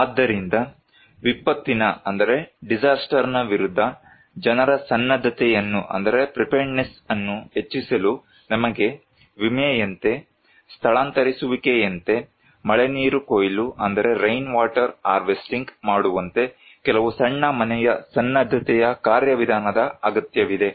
ಆದ್ದರಿಂದ ವಿಪತ್ತಿನ ವಿರುದ್ಧ ಜನರ ಸನ್ನದ್ಧತೆಯನ್ನು ಹೆಚ್ಚಿಸಲು ನಮಗೆ ವಿಮೆಯಂತೆ ಸ್ಥಳಾಂತರಿಸುವಿಕೆಯಂತೆ ಮಳೆನೀರು ಕೊಯ್ಲು ಮಾಡುವಂತೆ ಕೆಲವು ಸಣ್ಣ ಮನೆಯ ಸನ್ನದ್ಧತೆಯ ಕಾರ್ಯವಿಧಾನದ ಅಗತ್ಯವಿದೆ